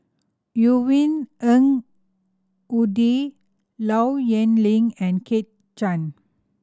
Yvonne Ng Uhde Low Yen Ling and Kit Chan